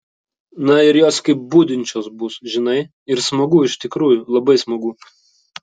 na ir jos kaip budinčios bus žinai ir smagu iš tikrųjų labai smagu